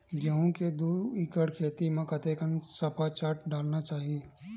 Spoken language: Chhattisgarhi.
गेहूं के दू एकड़ खेती म कतेकन सफाचट डालना चाहि?